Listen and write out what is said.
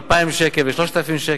2,000 שקל ו-3,000 שקל.